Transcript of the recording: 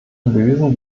lösen